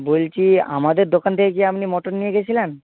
বলছি আমাদের দোকান থেকে কি আপনি মোটর নিয়ে গেছিলেন